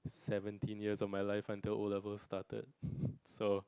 seventeen years of my life until O-levels started so